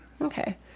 Okay